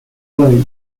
blake